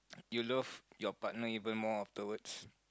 you love your partner even more afterwards